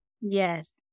Yes